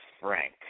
Frank